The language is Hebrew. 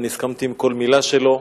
ואני הסכמתי עם כל מלה שלו.